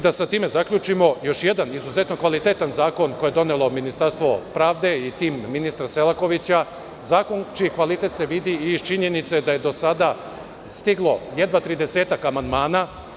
Da sa time zaključimo, još jedan izuzetan kvalitetan zakon koje je donelo Ministarstvo pravde i tim ministra Selakovića, zakon čiji se kvalitet vidi iz činjenica da je do sada stiglo jedva tridesetak amandmana.